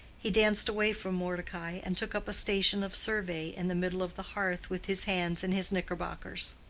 he danced away from mordecai, and took up a station of survey in the middle of the hearth with his hands in his knickerbockers.